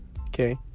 Okay